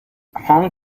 hong